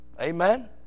Amen